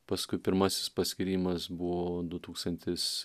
paskui pirmasis paskyrimas buvo du tūkstantis